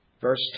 Verse